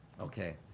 Okay